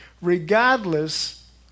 Regardless